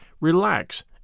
relax